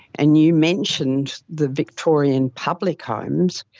and you mentioned the victorian public homes,